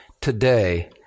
today